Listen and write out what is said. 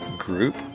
group